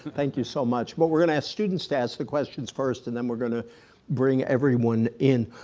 thank you so much. but we're gonna ask students to ask the questions first and then we're gonna bring everyone in.